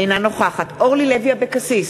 אינה נוכחת אורלי לוי אבקסיס,